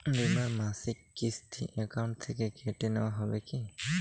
বিমার মাসিক কিস্তি অ্যাকাউন্ট থেকে কেটে নেওয়া হবে কি?